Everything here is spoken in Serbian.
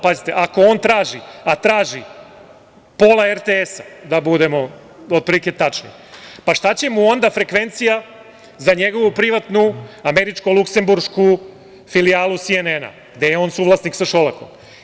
Pazite, ako on traži, a traži, pola RTS-a, da budemo otprilike tačni, pa šta će mu onda frekvencija za njegovu privatnu američko-luksemburšku filijalu Si-En-En, gde je on suvlasnik sa Šolakom?